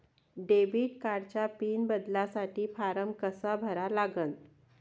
Debit कार्डचा pin बदलासाठी फारम कसा भरा लागन?